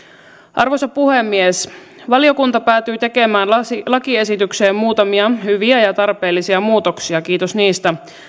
arvoisa puhemies valiokunta päätyi tekemään lakiesitykseen muutamia hyviä ja tarpeellisia muutoksia kiitos niistä